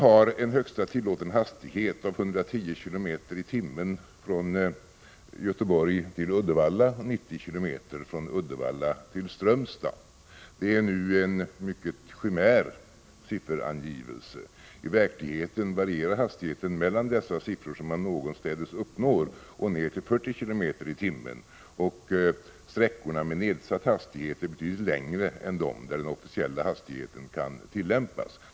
Högsta tillåtna hastighet på Bohusbanan är 110 km i timmen från Göteborg till Uddevalla och 90 km i timmen från Uddevalla till Strömstad, men den sifferangivelsen är närmast en chimär. I verkligheten varierar farten mellan dessa hastigheter, som man någonstädes uppnår, och ned till 40 km i timmen. Sträckorna med nedsatt hastighet är betydligt längre än de där den officiella hastigheten kan tillämpas.